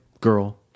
girl